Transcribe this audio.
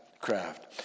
craft